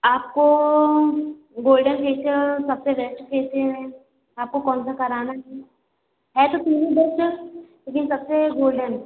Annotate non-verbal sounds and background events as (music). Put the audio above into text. आपको golden facial सब से बेस्ट कहते हैं आपको कौन सा कराना (unintelligible) है तो तीनों बेस्ट सर लेकिन सब से गोल्डेन